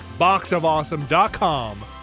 Boxofawesome.com